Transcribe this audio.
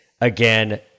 again